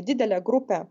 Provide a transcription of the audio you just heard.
didelė grupė